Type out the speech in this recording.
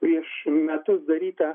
prieš metus darytą